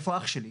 איפה אח שלי?",